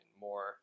more